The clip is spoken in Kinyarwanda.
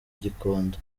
gikondo